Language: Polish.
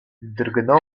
drgnął